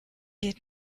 geht